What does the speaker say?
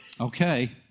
Okay